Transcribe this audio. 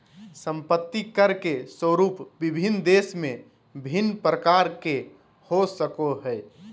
संपत्ति कर के स्वरूप विभिन्न देश में भिन्न प्रकार के हो सको हइ